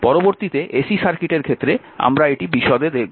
পরবর্তীতে ac সার্কিটের ক্ষেত্রে আমরা এটি বিশদে দেখব